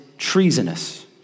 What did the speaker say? treasonous